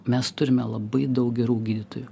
mes turime labai daug gerų gydytojų